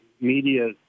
media